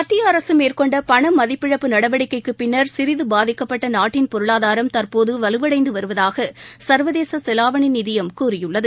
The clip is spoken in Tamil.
மத்திய அரசு மேற்கொண்ட பண மதிப்பிழப்பு நடவடிக்கைக்கு பின்னர் சிறிது பாதிக்கப்பட்ட நாட்டின் பொருளாதாரம் தற்போது வலுவடைந்து வருவதாக சர்வதேச செலாவணி நிதியம் கூறியுள்ளது